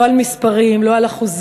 לא על מספרים, לא על אחוזים,